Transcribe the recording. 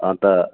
अन्त